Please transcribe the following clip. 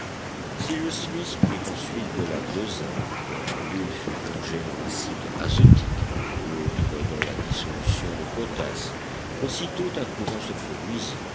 cyrus smith prit ensuite deux lames de zinc dont l'une fut plongée dans l'acide azotique l'autre dans la dissolution de potasse aussitôt un courant se produisit